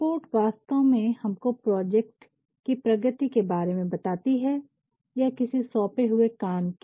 report वास्तव में हमको प्रोजेक्ट की प्रगति के बारे में बताती है या किसी सौंपे हुए काम की